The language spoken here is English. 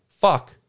fuck